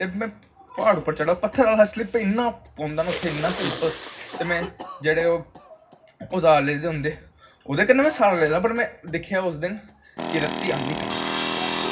ते में प्हाड़ उप्पर चढ़ा दा हा स्लिप इन्ना पौंदा ना इन्ना स्लिप ते में जेह्ड़े ओह् ओज़ार ले दे होंदे ओह्दे कन्नै बी स्हारा लगदा पर में दिक्खेआ उस दिन कि रस्सी आंदी कम्म